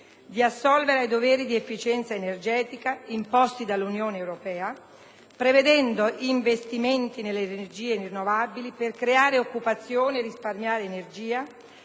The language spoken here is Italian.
di assolvere ai doveri di efficienza energetica, imposti anche dall'Unione europea, prevedendo investimenti nelle energie rinnovabili per creare occupazione e risparmiare energia,